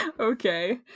Okay